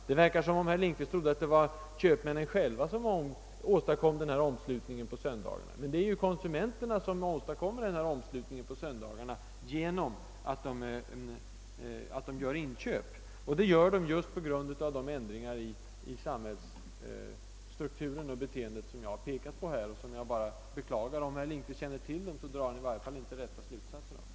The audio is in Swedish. Det verkar som om herr Lindkvist trodde att köpmännen själva åstadkommer omslutningen på söndagarna. Det är konsumenterna som åstadkommer den genom att de gör inköp, och det gör de just på grund av de ändringar i familjestrukturen och beteendet som jag har pekat på. Om herr Lindkvist känner till dessa företeelser drar han i varje fall inte de rätta slutsatserna av dem.